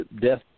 death